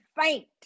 faint